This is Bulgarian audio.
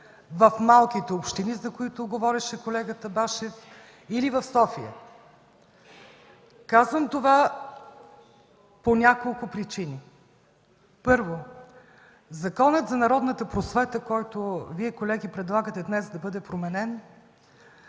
в малките общини, за които говореше колегата Башев, или в София. Казвам това по няколко причини – първо, Законът за народната просвета, който Вие, колеги, предлагате днес да бъде променен,